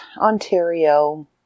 Ontario